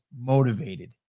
motivated